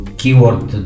keyword